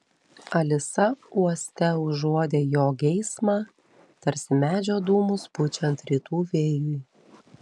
alisa uoste užuodė jo geismą tarsi medžio dūmus pučiant rytų vėjui